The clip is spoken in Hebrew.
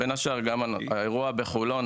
וגם התערבנו באירוע בחולון,